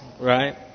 right